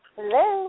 Hello